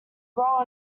role